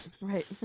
Right